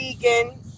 vegan